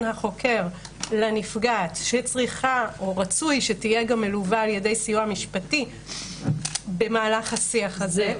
ורצוי שהנפגעת תהיה מלווה על ידי סיוע משפטי במהלך השיח הזה.